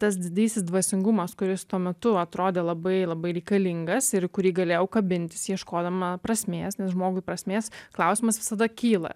tas didysis dvasingumas kuris tuo metu atrodė labai labai reikalingas ir į kurį galėjau kabintis ieškodama prasmės nes žmogui prasmės klausimas visada kyla